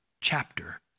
chapter